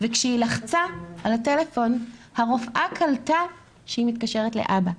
וכשהיא לחצה על הטלפון הרופאה קלטה שהיא מתקשרת לאבא.